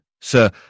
Sir